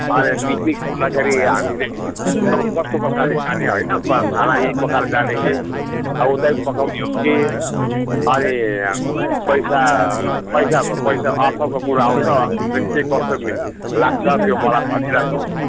अनि पिकनिक जाँदाखेरि हामीले अब कस्तो प्रकारले जाने होइन खाना यहीँ पकाएर जाने कि अब उतै पकाउने हो कि अनि पैसा अब पैसा अब पैसा अर्थको कुरा आउँछ अर्थ चाहि के कस्तो लाग्छ त्यो मलाई भनिराख्नु